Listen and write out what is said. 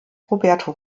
roberto